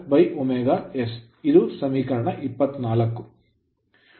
ಇದು ಸಮೀಕರಣ 24